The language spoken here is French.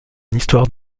histoire